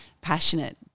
passionate